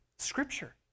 Scripture